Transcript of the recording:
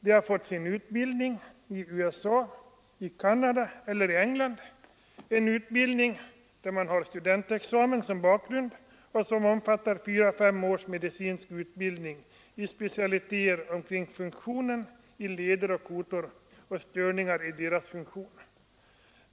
De har fått sin utbildning i USA, i Canada eller i England, en utbildning med studentexamen som grund och som omfattar fyra fem års medicinsk utbildning i specialiteter rörande funktionen i leder och kotor samt störningar i deras funktion.